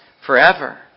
forever